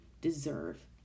deserve